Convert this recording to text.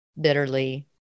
bitterly